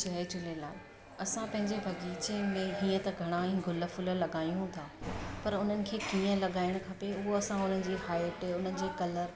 जय झूलेलाल असां पंहिंजे बाग़ीचे में हीअं त घणा ई गुल फुल लॻायूं था पर उन्हनि खे कीअं लॻाइणु खपे उहे असां उन्हनि जी हाइट उन जे कलर